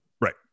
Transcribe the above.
Right